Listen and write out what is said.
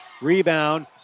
Rebound